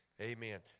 amen